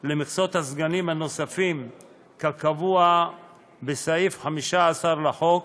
למכסות הסגנים הנוספים כקבוע בסעיף 15 לחוק,